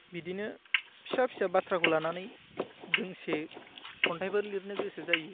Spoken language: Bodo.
बिदिनो फिसा फिसा बाथ्राखौ लानानै दोंसे खन्थाइबो लिरनो गोसो जायो